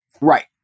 Right